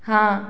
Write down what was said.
हाँ